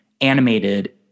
animated